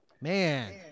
man